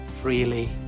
freely